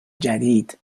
جدید